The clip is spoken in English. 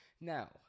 Now